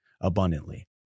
abundantly